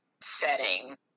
setting